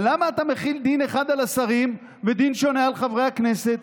אבל למה אתה מחיל דין אחד על השרים ודין שונה על חברי הכנסת?